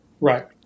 Right